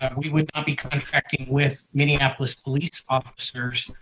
we would not be contracting with minneapolis police officers